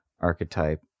archetype